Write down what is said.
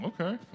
Okay